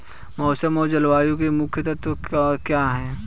मौसम और जलवायु के मुख्य तत्व क्या हैं?